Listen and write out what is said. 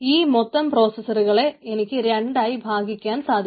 ഈ മൊത്തം പ്രോസസറുകളെ എനിക്ക് രണ്ടായി ഭാഗിക്കാൻ സാധിക്കും